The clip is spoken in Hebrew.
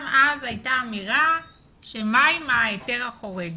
גם אז הייתה אמירה מה עם ההיתר החורג.